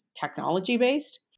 technology-based